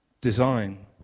design